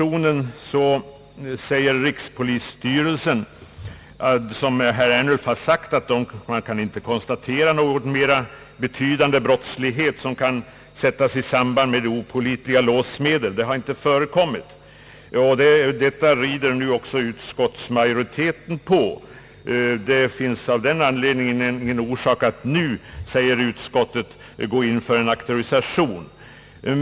Rikspolisstyrelsen framhåller, som herr Ernulf framhållit, att det inte förekommit någon brottslighet av mera betydande omfattning, som kunnat sättas i samband med opålitliga låssmeder. Detta använder sig nu utskottsmajoriteten av. Det finns av denna anledning ingen orsak, säger utskottet, att nu tillgripa en auktorisation.